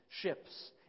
ships